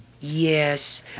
Yes